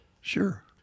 sure